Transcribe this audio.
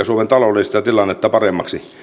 suomen taloudellista tilannetta paremmaksi